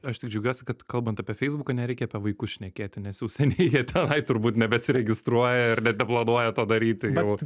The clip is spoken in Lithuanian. aš tik džiaugiuosi kad kalbant apie feisbuką nereikia apie vaikus šnekėti nes jau seniai jie tenai turbūt nebesiregistruoja ir net neplanuoja to daryti jau